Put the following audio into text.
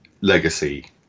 Legacy